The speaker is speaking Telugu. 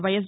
వైఎస్